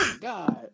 God